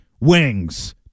Wings